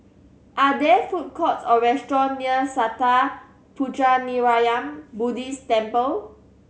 are there food courts or restaurant near Sattha Puchaniyaram Buddhist Temple